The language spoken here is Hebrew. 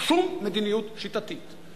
שום מדיניות שיטתית,